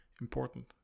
important